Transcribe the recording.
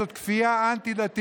זאת כפייה אנטי-דתית,